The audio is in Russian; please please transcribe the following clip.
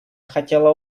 хотела